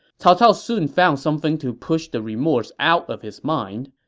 cao cao soon found something to push the remorse out of his mind.